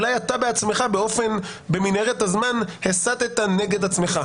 אולי אתה בעצמך, במנהרת הזמן, הסתת נגד עצמך.